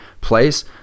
place